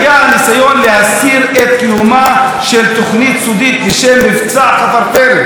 היה ניסיון להסיר את קיומה של תוכנית סודית בשם "מבצע חפרפרת",